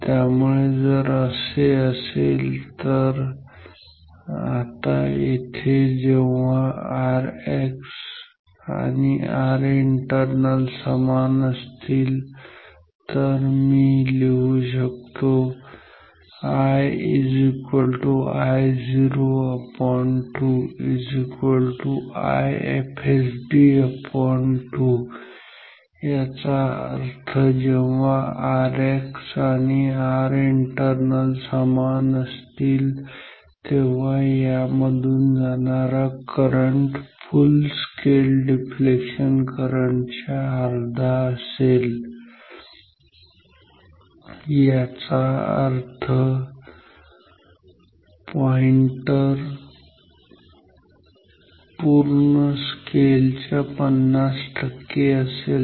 त्यामुळे जर असे असेल तर आता इथे जेव्हा RX आणि R internal समान असतील तर मी मी लिहू शकतो I Io 2 𝐼𝐹𝑆𝐷2 याचा अर्थ जेव्हा Rx आणि Rinternal समान असतील तेव्हा यानंतर मधून जाणारा करंट फुल डिफ्लेक्शन करंट च्या अर्धा असेल याचा अर्थ पॉईंटर पूर्ण स्केल च्या 50 असेल